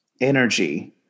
energy